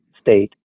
state